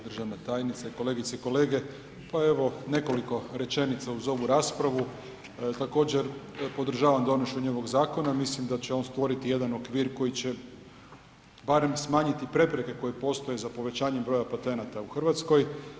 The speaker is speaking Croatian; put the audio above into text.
Državna tajnice, kolegice i kolege, pa evo nekoliko rečenica uz ovu raspravu, također podržavam donošenje ovog zakona, mislim da će on stvoriti jedan okvir koji će barem smanjiti prepreke koje postoje za povećanjem broja patenata u Hrvatskoj.